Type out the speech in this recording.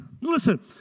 Listen